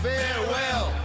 Farewell